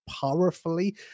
powerfully